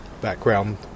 background